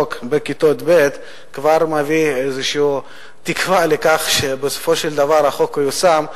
החוק בכיתות ב' כבר מביא איזושהי תקווה שבסופו של דבר החוק ייושם.